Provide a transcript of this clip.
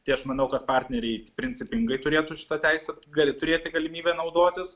tai aš manau kad partneriai principingai turėtų šitą teisę gali turėti galimybę naudotis